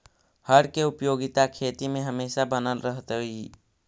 हर के उपयोगिता खेती में हमेशा बनल रहतइ